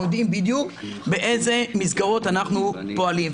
יודעים בדיוק באיזה מסגרות אנחנו פועלים.